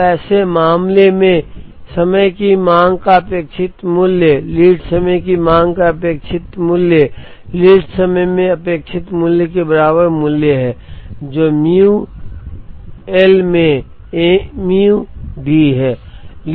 अब ऐसे मामलों में लीड समय की मांग का अपेक्षित मूल्य लीड समय की मांग का अपेक्षित मूल्य लीड समय में अपेक्षित मूल्य के बराबर मूल्य है जो म्यू एल में एमयू डी है